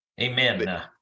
Amen